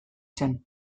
zen